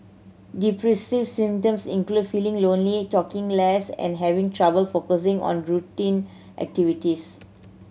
depressive symptoms include feeling lonely talking less and having trouble focusing on routine activities